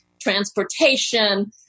transportation